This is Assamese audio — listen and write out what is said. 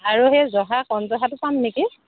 আৰু সেই জহা কণ জহাটো পাম নেকি